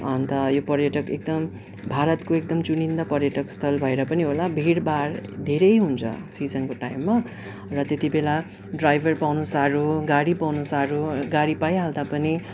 अन्त यो पर्यटक एकदम भारतको एकदम चुनिन्दा पर्यटक स्थल भएर पनि होला भिडभाड धेरै हुन्छ सिजनको टाइममा र त्यति बेला ड्राइभर पाउनु साह्रो गाडी पाउनु साह्रो गाडी पाइहाल्दा पनि